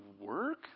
work